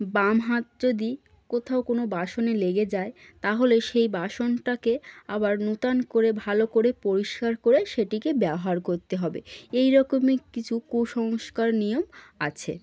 বাম হাত যদি কোথাও কোনো বাসনে লেগে যায় তাহলে সেই বাসনটাকে আবার নূতন করে ভালো করে পরিষ্কার করে সেটিকে ব্যবহার করতে হবে এই রকমই কিছু কুসংস্কার নিয়ম আছে